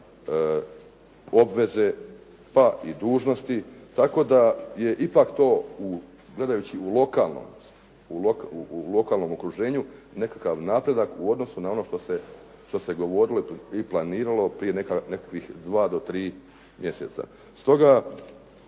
obveze, pa i dužnosti, tako da je ipak to gledajući u lokalnom okruženju nekakav napredak u odnosu na ono što se govorilo i planiralo prije nekakvih dva do tri mjeseca.